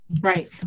Right